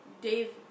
Dave